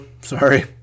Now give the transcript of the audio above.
sorry